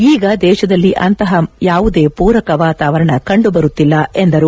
ಈಗ ದೇಶದಲ್ಲಿ ಅಂತಹ ಯಾವುದೇ ಪೂರಕ ವಾತಾವರಣ ಕಂಡುಬರುತ್ತಿಲ್ಲ ಎಂದರು